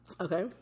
Okay